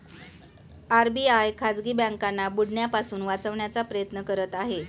RBI खाजगी बँकांना बुडण्यापासून वाचवण्याचा प्रयत्न करत आहे